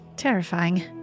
Terrifying